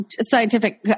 scientific